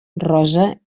rosa